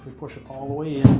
push it all the way